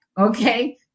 okay